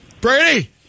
Brady